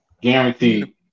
Guaranteed